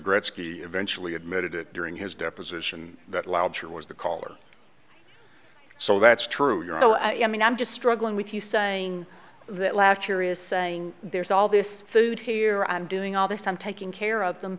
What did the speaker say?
gretzky eventually admitted it during his deposition that allowed her was the caller so that's true you know i mean i'm just struggling with you saying that laughter is saying there's all this food here i'm doing all this i'm taking care of them